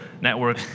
network